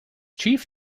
chief